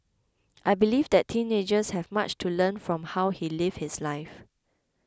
I believe that teenagers have much to learn from how he lived his life